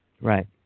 Right